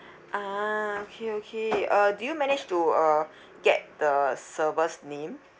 ah okay okay uh do you manage to uh get the server's name